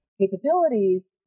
capabilities